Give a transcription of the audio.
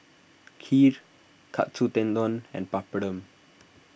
Kheer Katsu Tendon and Papadum